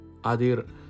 Adir